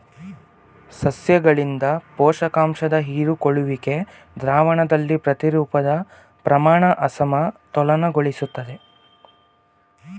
ಸಸ್ಯಗಳಿಂದ ಪೋಷಕಾಂಶದ ಹೀರಿಕೊಳ್ಳುವಿಕೆ ದ್ರಾವಣದಲ್ಲಿನ ಪ್ರತಿರೂಪದ ಪ್ರಮಾಣನ ಅಸಮತೋಲನಗೊಳಿಸ್ತದೆ